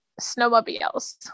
snowmobiles